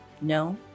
No